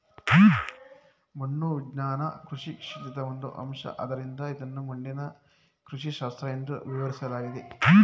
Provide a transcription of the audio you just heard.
ಮಣ್ಣು ವಿಜ್ಞಾನ ಕೃಷಿ ಕ್ಷೇತ್ರದ ಒಂದು ಅಂಶ ಆದ್ದರಿಂದ ಇದನ್ನು ಮಣ್ಣಿನ ಕೃಷಿಶಾಸ್ತ್ರ ಎಂದೂ ವಿವರಿಸಲಾಗಿದೆ